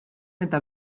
eta